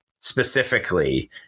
specifically